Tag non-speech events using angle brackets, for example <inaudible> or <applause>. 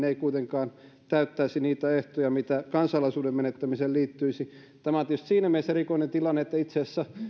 <unintelligible> ei kuitenkaan täyttäisi niitä ehtoja mitä kansalaisuuden menettämiseen liittyisi tämä on tietysti siinä mielessä erikoinen tilanne että itse asiassa